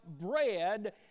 bread